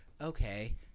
okay